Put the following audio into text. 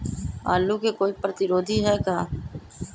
आलू के कोई प्रतिरोधी है का?